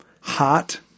hot